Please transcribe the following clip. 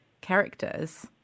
characters